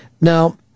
Now